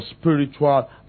spiritual